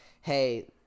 hey